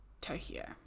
tokyo